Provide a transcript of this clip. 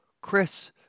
chris